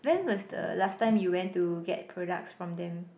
when was the last time you went to get products from them